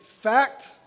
fact